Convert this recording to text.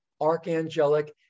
archangelic